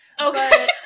Okay